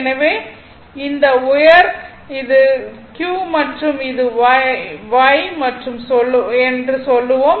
எனவே இந்த உயர் இது q மற்றும் இது y என்று சொல்லுவோம்